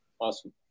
Awesome